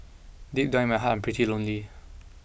deep down in my heart I'm pretty lonely